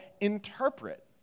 interpret